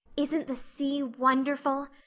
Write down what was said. isn't the sea wonderful?